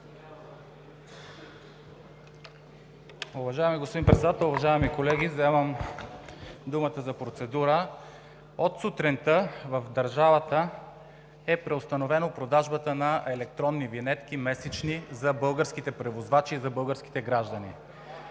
Уважаеми господин Председател, уважаеми колеги! Вземам думата за процедура. От сутринта в държавата е преустановена продажбата на електронни месечни винетки за българските превозвачи и за българските граждани.